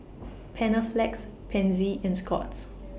Panaflex Pansy and Scott's